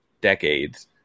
decades